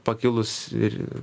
pakilus ir